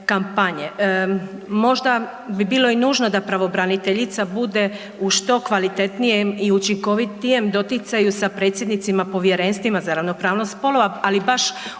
Možda bi bilo i nužno da pravobraniteljica bude u što kvalitetnijem i učinkovitijem doticaju sa predsjednicima povjerenstvima za ravnopravnost spolova, ali baš u svakoj